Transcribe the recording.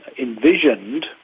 envisioned